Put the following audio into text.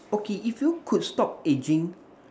okay if you could stop aging